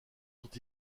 sont